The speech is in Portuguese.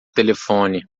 telefone